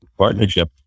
partnership